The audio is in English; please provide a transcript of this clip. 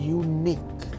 unique